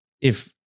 if-